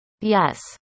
Yes